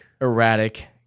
erratic